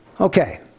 Okay